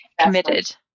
committed